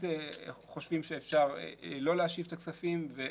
של משרדי ממשלה שאפשרו את הרשלנות הזו